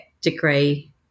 degree